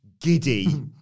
giddy